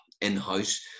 in-house